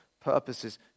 purposes